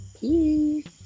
Peace